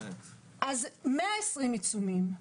120 עיצומים,